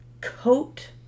coat